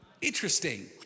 interesting